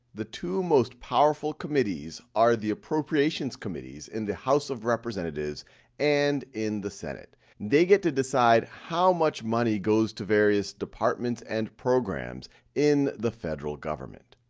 the two most powerful committees are the appropriations committees in the house of representatives and in the senate. they get to decide how much money goes to various departments and programs in the federal government.